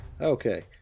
Okay